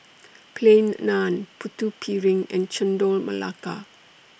Plain Naan Putu Piring and Chendol Melaka